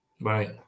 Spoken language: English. Right